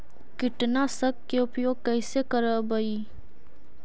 कीटनाशक के उपयोग कैसे करबइ?